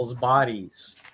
bodies